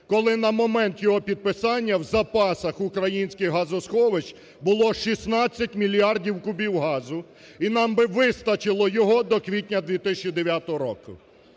коли на момент його підписання в запасах українських газосховищ було 16 мільярдів кубів газу, і нам би вистачило його до квітня 2009 року?